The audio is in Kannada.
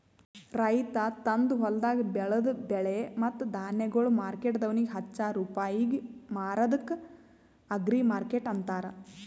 ರೈತ ತಂದು ಹೊಲ್ದಾಗ್ ಬೆಳದ ಬೆಳೆ ಮತ್ತ ಧಾನ್ಯಗೊಳ್ ಮಾರ್ಕೆಟ್ದವನಿಗ್ ಹಚ್ಚಾ ರೂಪಾಯಿಗ್ ಮಾರದ್ಕ ಅಗ್ರಿಮಾರ್ಕೆಟ್ ಅಂತಾರ